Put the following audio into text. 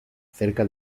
cerca